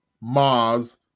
Mars